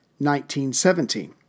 1917